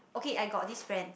okay I got this friend